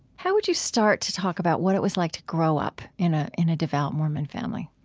how would you start to talk about what it was like to grow up in ah in a devout mormon family?